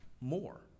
more